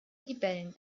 libellen